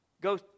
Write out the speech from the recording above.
go